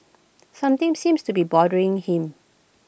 something seems to be bothering him